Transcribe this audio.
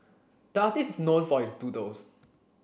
the artist is known for his doodles